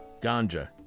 ganja